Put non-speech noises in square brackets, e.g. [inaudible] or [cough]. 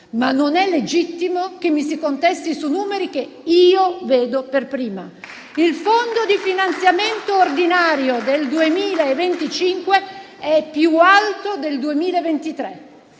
Ma non è legittimo che mi si contesti su numeri che io vedo per prima. [applause] Il fondo di finanziamento ordinario del 2025 è più alto del 2023: